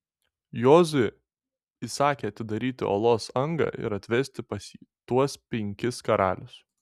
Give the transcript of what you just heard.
jozuė įsakė atidaryti olos angą ir atvesti pas jį tuos penkis karalius